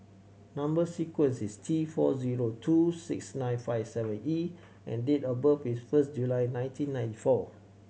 number sequence is T four zero two six nine five seven E and date of birth is first July nineteen ninety four